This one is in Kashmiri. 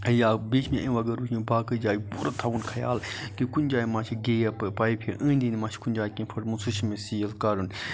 یا بیٚیہِ چھُ مےٚ امہِ وَغٲر وٕچھمُت باقٕے جایہِ پوٗرٕ تھاوُن خَیال کہِ کُنہِ جایہِ مہَ چھِ گیپ پایپہِ أنٛدۍ أنٛدۍ مہَ چھُ کُنہِ جایہِ کینٛہہ پھُٹمُت سُہ چھُ مےٚ سیٖل کَرُن